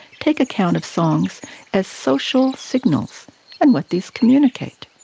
take account of songs as social signals and what these communicate.